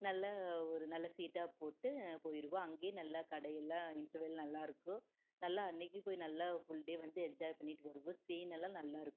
நல்ல ஒரு நல்ல சீட்டாக போட்டு போயிருவோம் அங்கே நல்லா கடையெல்லாம் இன்டெர்வல் நல்லாருக்கும் நல்லா அன்னக்கு போய் நல்லா ஃபுல்டே வந்து என்ஜாய் பண்ணிவிட்டு வருவோம் ஸ்கிரீன் எல்லாம் நல்லாருக்கும்